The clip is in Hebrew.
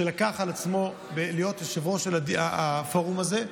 שלקח על עצמו להיות יושב-ראש של הפורום הזה,